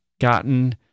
Gotten